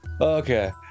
okay